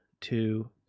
two